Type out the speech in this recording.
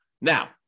Now